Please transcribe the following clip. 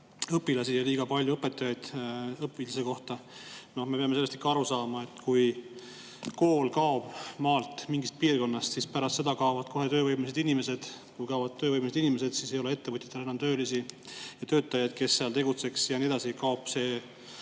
õpilasi ja liiga palju õpetajaid õpilase kohta. Me peame sellest ikka aru saama, et kui kool kaob maalt mingist piirkonnast, siis pärast seda kaovad kohe töövõimelised inimesed. Kui kaovad töövõimelised inimesed, siis ei ole ettevõtjatel töölisi, töötajaid, kes seal tegutseks, ja nii edasi. Kaob